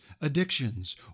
addictions